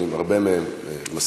אני עם הרבה מהם מסכים,